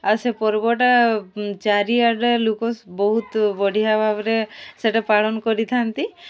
ଆଉ ସେ ପର୍ବଟା ଚାରିଆଡ଼େ ଲୋକ ବହୁତ ବଢ଼ିଆ ଭାବରେ ସେଟା ପାଳନ କରିଥାନ୍ତି